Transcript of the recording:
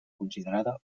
considerada